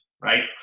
right